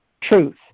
truth